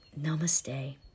namaste